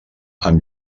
amb